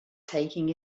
taking